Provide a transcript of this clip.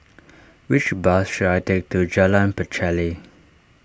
which bus should I take to Jalan Pacheli